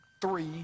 Three